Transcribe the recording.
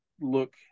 look